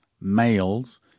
males